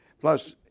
Plus